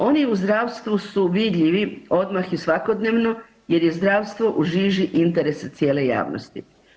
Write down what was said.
Oni u zdravstvu su vidljivi odmah i svakodnevno jer je zdravstvo u žiži interesa cijele javnosti.